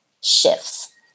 shifts